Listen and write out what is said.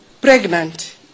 pregnant